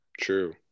True